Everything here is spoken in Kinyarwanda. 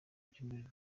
byumweru